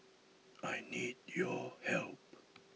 I need your help